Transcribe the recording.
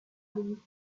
degli